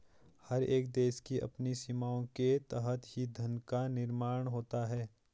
हर एक देश की अपनी सीमाओं के तहत ही धन का निर्माण होता है